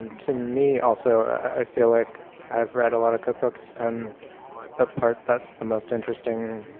to me also i feel like i've read a lot of cookbooks and the part that's the most interesting,